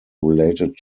related